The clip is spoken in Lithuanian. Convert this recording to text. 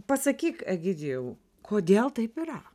pasakyk egidijau kodėl taip yra